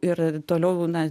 ir toliau na